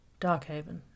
Darkhaven